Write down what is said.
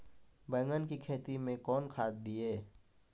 बैंगन की खेती मैं कौन खाद दिए?